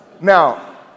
Now